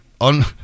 on